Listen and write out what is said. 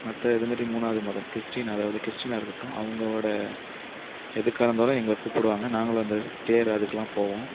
மற்ற இது மாதிரி மூணாவது மதம் கிறிஸ்ட்டின் அதாவது கிறிஸ்டினாக இருக்கட்டும் அவங்களோட எதுக்காக இருந்தாலும் எங்களை கூப்பிடுவாங்க நாங்களும் அந்த தேர் அதுக்கெல்லாம் போவோம்